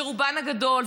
שברובן הגדול,